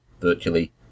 virtually